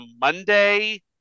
Monday